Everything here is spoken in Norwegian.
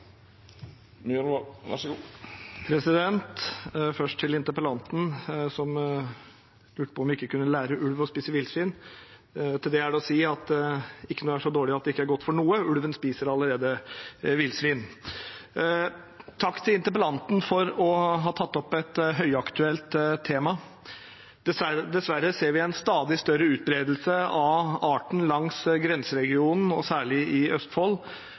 Først til interpellanten, som lurte på om vi ikke kunne lære ulven å spise villsvin. Til det er å si at ikke noe er så galt at det ikke er godt for noe. Ulven spiser allerede villsvin. Takk til interpellanten for å ha tatt opp et høyaktuelt tema. Dessverre ser vi en stadig større utbredelse av arten i grenseregionen og særlig i Østfold,